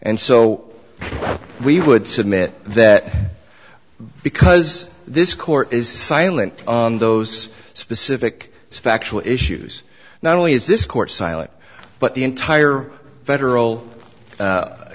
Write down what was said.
and so we would submit that because this court is silent on those specific factual issues not only is this court silent but the entire federal